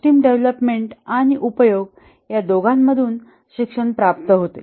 system development आणि उपयोग या दोघांमधून शिक्षण प्राप्त होते